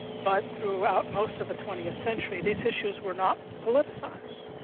but throughout most of the twentieth century these issues were not politicised.